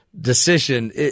decision